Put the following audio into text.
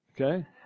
okay